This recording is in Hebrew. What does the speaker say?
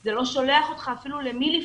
זה לא שולח אותך אפילו למי לפנות.